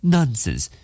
Nonsense